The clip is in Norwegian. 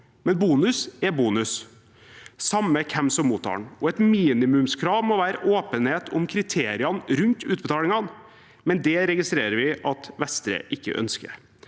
men bonus er bonus samme hvem som mottar den. Et minimumskrav må være åpenhet om kriteriene rundt utbetalingene, men det registrerer vi at Vestre ikke ønsker.